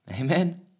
Amen